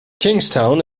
kingstown